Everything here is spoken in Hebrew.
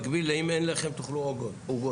מקביל לאם אין לחם, תאכלו עוגות.